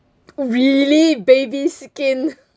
really baby's skin